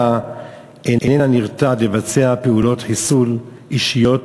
איננה נרתעת מלבצע פעולות חיסול אישיות